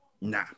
nah